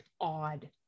odd